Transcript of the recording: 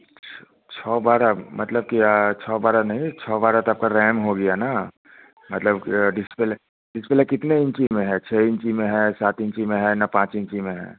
अच्छा छऊ बारह मतलब कि छऊ बारह नहीं छऊ और बारह तो आपका रैम हो गया ना मतलब कि डिस्प्ले डिस्प्ले कितने इंची में है छः इंची में है सात इंची में है ना पाँच इंची में है